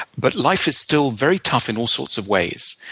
but life is still very tough in all sorts of ways.